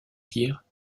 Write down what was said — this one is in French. dire